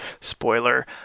spoiler